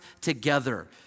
together